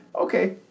okay